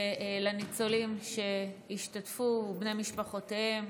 ולניצולים שהשתתפו ובני משפחותיהם.